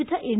വിവിധ എൻ